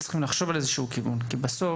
צריך לחשוב על איזה שהוא כיוון, כי בסוף